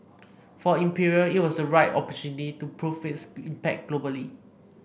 for Imperial it was a right opportunity to prove its impact globally